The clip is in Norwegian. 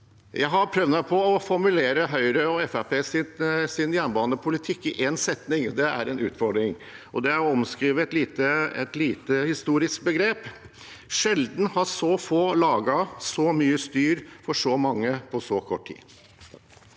Jeg har prøvd meg på å formulere Høyre og Fremskrittspartiets jernbanepolitikk i én setning. Det er en utfordring, og det er å omskrive et historisk begrep: Sjelden har så få laget så mye styr for så mange på så kort tid.